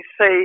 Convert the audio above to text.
say